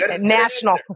National